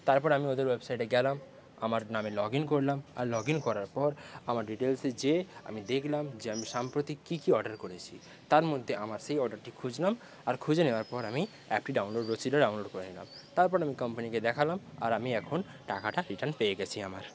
তারপর আমি ওদের ওয়েবসাইটে গেলাম আমার নামে লগ ইন করলাম আর লগ ইন করার পর আমার ডিটেলসে যেয়ে আমি দেখলাম যে আমি সাম্প্রতিক কী কী অর্ডার করেছি তার মধ্যে আমার সেই অর্ডারটি খুঁজলাম আর খুঁজে নেওয়ার পর আমি অ্যাপটি ডাউনলোড রসিদটা ডাউনলোড করে নিলাম তারপর আমি কোম্পানিকে দেখালাম আর আমি এখন টাকাটা রিটার্ন পেয়ে গিয়েছি আমার